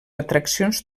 atraccions